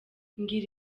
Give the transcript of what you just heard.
mbwira